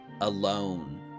alone